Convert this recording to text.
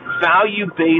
value-based